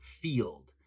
field